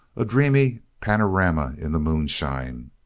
a dreamy panorama in the moonshine.